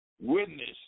witness